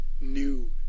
new